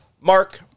Mark